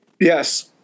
Yes